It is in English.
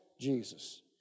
Jesus